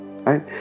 right